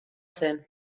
zen